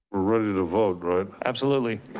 we're ready to vote right? absolutely.